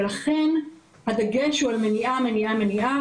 ולכן, הדגש הוא על מניעה, מניעה ומניעה.